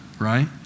right